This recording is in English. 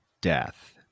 death